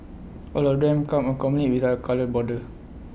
all of them come accompanied with A coloured border